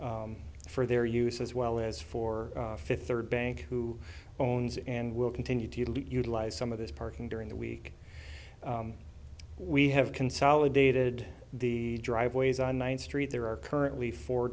for their use as well as for fifth third bank who owns and will continue to utilize some of this parking during the week we have consolidated the driveways on one street there are currently fo